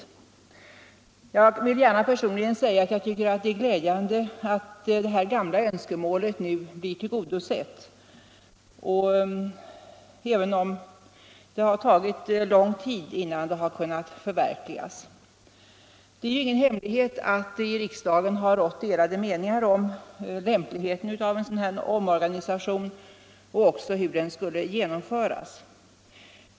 Jag vill gärna personligen säga att jag tycker att det är glädjande att det här gamla önskemålet nu blir tillgodosett, även om det har tagit lång tid innan det kunnat förverkligas. Det är ingen hemlighet att det i riksdagen rått delade meningar om lämpligheten av en sådan här omorganisation och också om hur den skulle genomföras.